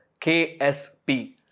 KSP